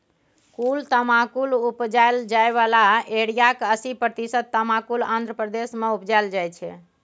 कुल तमाकुल उपजाएल जाइ बला एरियाक अस्सी प्रतिशत तमाकुल आंध्र प्रदेश मे उपजाएल जाइ छै